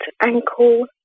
ankle